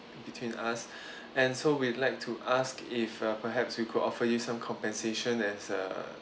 between us and so we'd like to ask if uh perhaps we could offer you some compensation as a